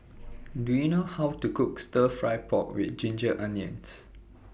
Do YOU know How to Cook Stir Fry Pork with Ginger Onions